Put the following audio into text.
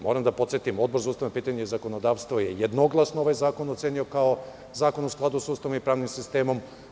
Moram da podsetim, Odbor za ustavna pitanja i zakonodavstvo je jednoglasno ovaj zakon ocenio kao zakon u skladu sa Ustavom i pravnim sistemom.